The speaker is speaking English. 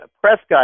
Prescott